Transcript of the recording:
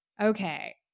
Okay